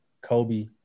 Kobe